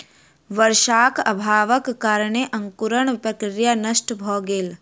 वर्षाक अभावक कारणेँ अंकुरण प्रक्रिया नष्ट भ गेल